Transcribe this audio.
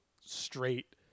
straight